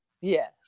yes